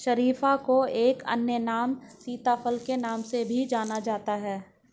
शरीफा को एक अन्य नाम सीताफल के नाम से भी जाना जाता है